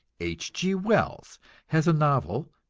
h. g. wells has a novel,